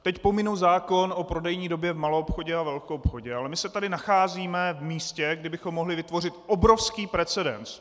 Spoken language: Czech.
Teď pominu zákon o prodejní době v maloobchodě a velkoobchodě, ale my se tady nacházíme v místě, kdy bychom mohli vytvořit obrovský precedent.